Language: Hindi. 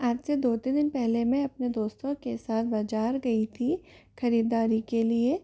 आज से दो तीन दीन पहले मै अपने दोस्तों के साथ बाज़ार गई थी खरीददारी के लिए